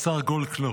השר גולדקנופ,